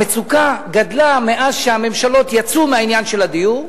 המצוקה גדלה מאז יצאו הממשלות מהעניין של הדיור,